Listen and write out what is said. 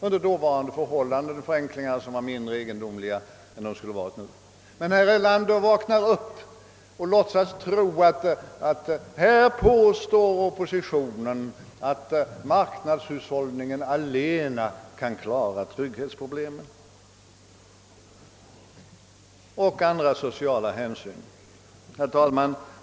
Under dåvarande förhållanden var emellertid förenklingarna mindre egendomliga än de skulle ha varit nu. Herr Erlander vaknar nu upp och låtsas tro, att här påstår oppositionen att marknadshushållningen allena kan klara trygghetsproblemen och andra sociala hänsyn. Herr talman!